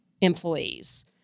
employees